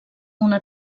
una